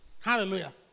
Hallelujah